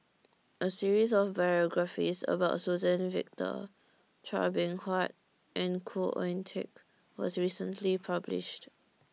A series of biographies about Suzann Victor Chua Beng Huat and Khoo Oon Teik was recently published